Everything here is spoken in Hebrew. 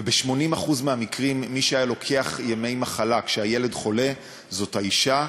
וב-80% מהמקרים מי שהיה לוקח ימי מחלה כשהילד חולה זה האישה.